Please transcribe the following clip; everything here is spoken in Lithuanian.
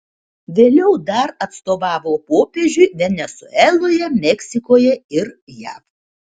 vėliau dar atstovavo popiežiui venesueloje meksikoje ir jav